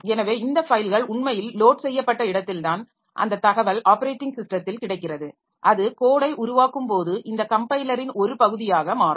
எனவே இந்த ஃபைல்கள் உண்மையில் லோட் செய்யப்பட்ட இடத்தில்தான் அந்த தகவல் ஆப்பரேட்டிங் ஸிஸ்டத்தில் கிடைக்கிறது அது கோடை உருவாக்கும் போது இந்த கம்பைலரின் ஒரு பகுதியாக மாறும்